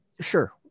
sure